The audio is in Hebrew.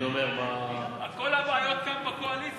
אני אומר מה, כל הבעיות כאן בקואליציה.